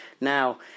now